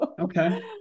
Okay